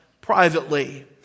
privately